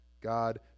God